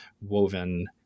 woven